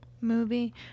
movie